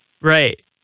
Right